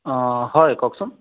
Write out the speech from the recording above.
অঁ হয় কওকচোন